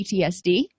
PTSD